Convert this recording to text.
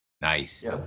Nice